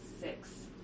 six